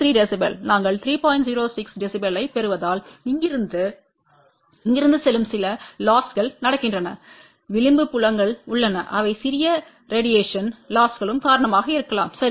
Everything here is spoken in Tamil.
06 dB ஐப் பெறுவதால் இங்கிருந்து இங்கிருந்து செல்லும் சில லொஸ்கள் நடக்கின்றன விளிம்பு புலங்கள் உள்ளன அவை சிறிய ரேடியேஷன் லொஸ்களுக்கும் காரணமாக இருக்கலாம் சரி